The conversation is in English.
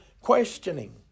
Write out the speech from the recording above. questioning